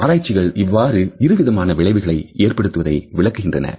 ஆராய்ச்சிகள் இவ்வாறான இரு விதமான விளைவுகளை ஏற்படுத்துவதை விளக்குகிறது